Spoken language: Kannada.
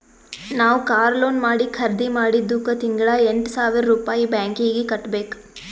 ನಾವ್ ಕಾರ್ ಲೋನ್ ಮಾಡಿ ಖರ್ದಿ ಮಾಡಿದ್ದುಕ್ ತಿಂಗಳಾ ಎಂಟ್ ಸಾವಿರ್ ರುಪಾಯಿ ಬ್ಯಾಂಕೀಗಿ ಕಟ್ಟಬೇಕ್